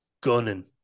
gunning